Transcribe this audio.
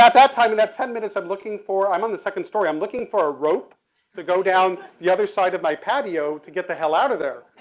that that time, in that ten minutes i'm looking for, i'm on the second story, i'm looking for a rope to go down the other side of my patio to get the hell out of there.